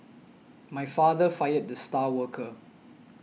my father fired the star worker